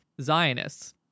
Zionists